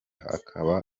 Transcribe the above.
akaba